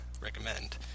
recommend